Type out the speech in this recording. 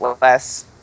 less